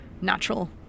natural